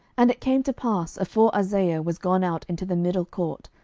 and it came to pass, afore isaiah was gone out into the middle court,